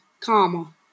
comma